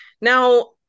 Now